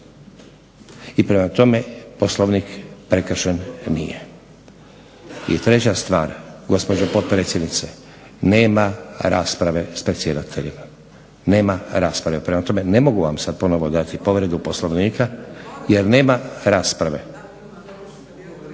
i prema tome Poslovnik prekršen nije. I treća stvar, gospođo potpredsjednice, nema rasprave s predsjedateljima. Nema rasprave. Prema tome ne mogu vam sad ponovno dati povredu Poslovnika jer nema rasprave.